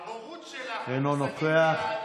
הבורות שלך במושגים ביהדות, אינו נוכח.